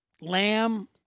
Lamb